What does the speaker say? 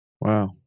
Wow